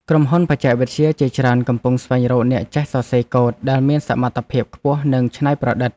ក្រុមហ៊ុនបច្ចេកវិទ្យាជាច្រើនកំពុងស្វែងរកអ្នកចេះសរសេរកូដដែលមានសមត្ថភាពខ្ពស់ និងច្នៃប្រឌិត។